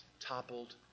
toppled